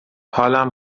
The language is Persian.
حالم